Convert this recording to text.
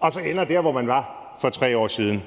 og så ender dér, hvor man var for 3 år siden.